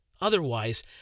Otherwise